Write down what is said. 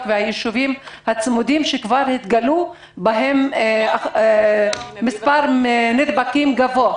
והישובים הצמודים שכבר התגלו בהם מספר נדבקים גבוה.